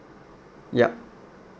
yup